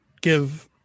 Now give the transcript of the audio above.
give